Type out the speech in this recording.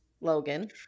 Logan